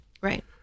right